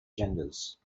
genders